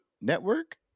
Network